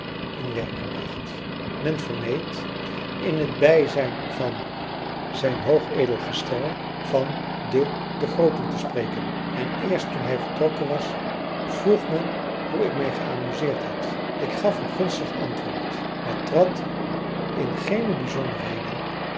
in werking bracht men vermeed in t bijzijn van zhwg van de de grooten te spreken en eerst toen hij vertrokken was vroeg men hoe ik mij geamuseerd had ik gaf een gunstig antwoord maar trad in geene bijzonderheden